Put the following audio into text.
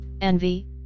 envy